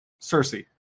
Cersei